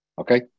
Okay